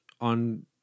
on